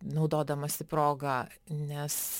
naudodamasi proga nes